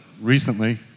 recently